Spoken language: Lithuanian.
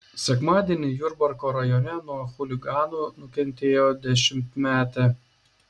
sekmadienį jurbarko rajone nuo chuliganų nukentėjo dešimtmetė